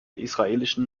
israelischen